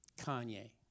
Kanye